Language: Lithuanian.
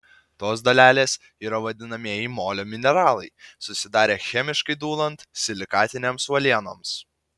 tos dalelės yra vadinamieji molio mineralai susidarę chemiškai dūlant silikatinėms uolienoms